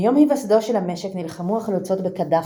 מיום היווסדו של המשק נלחמו החלוצות בקדחת.